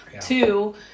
two